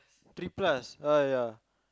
three plus !aiya!